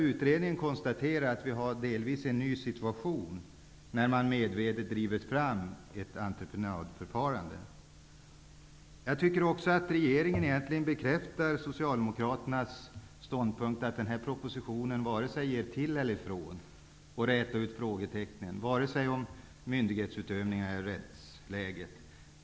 Utredningen konstaterar att vi har en delvis ny situation, då man medvetet drivit fram ett entreprenadförfarande. Jag tycker att regeringen egentligen bekräftar Socialdemokraternas ståndpunkt att denna proposition varken gör till eller ifrån när det gäller att räta ut frågetecknen om vare sig myndighetsutövning eller rättsläge.